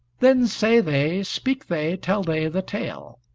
then say they, speak they, tell they the tale